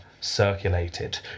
circulated